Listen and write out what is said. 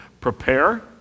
Prepare